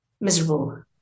miserable